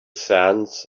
sands